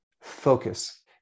focus